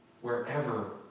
wherever